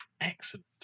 Excellent